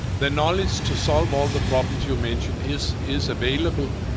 the knowledge to solve all the problems you mention is is available.